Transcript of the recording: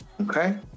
Okay